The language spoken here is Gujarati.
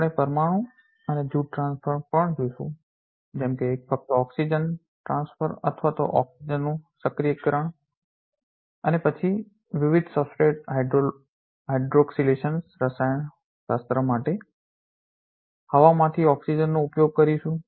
આપણે પરમાણુ અને જૂથ ટ્રાન્સફર transfer સ્થળાંતર પણ જોશું જેમ કે ફક્ત ઓક્સિજન oxygen પ્રાણવાયુ ટ્રાન્સફર અથવા ઓક્સિજન oxygen પ્રાણવાયુ સક્રિયકરણ અને પછી વિવિધ સબસ્ટ્રેટ હાઇડ્રોક્સિલેશન રસાયણશાસ્ત્ર માટે હવામાંથી ઓક્સિજનનો ઉપયોગ કરીશું